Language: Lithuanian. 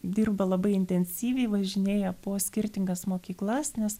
dirba labai intensyviai važinėja po skirtingas mokyklas nes